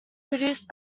produced